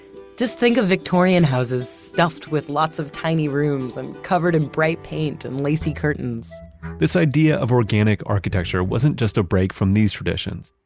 just think of victorian houses stuffed with lots of tiny rooms and covered in bright paint and lacy curtains this idea of organic architecture wasn't just a break from these traditions,